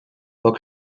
poc